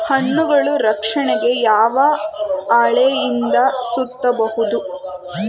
ಹಣ್ಣುಗಳ ರಕ್ಷಣೆಗೆ ಯಾವ ಹಾಳೆಯಿಂದ ಸುತ್ತಬಹುದು?